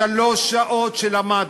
שלוש שעות למדנו,